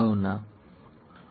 તેનો અર્થ શું છે